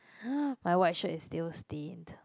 !huh! my white shirt is still stained